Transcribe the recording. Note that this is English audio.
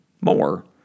more